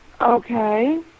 Okay